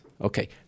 Okay